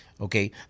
Okay